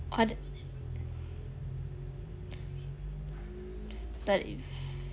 thirty fi~